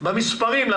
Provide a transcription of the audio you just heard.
מבחינת המספרים.